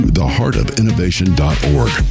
theheartofinnovation.org